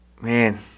man